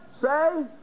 say